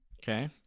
okay